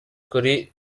kuri